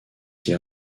qu’il